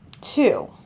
two